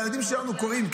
הילדים שלנו קוראים,